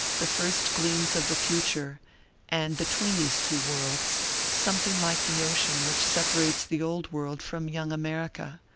the first gleams of the future and between these two worlds something like the ocean which separates the old world from young america,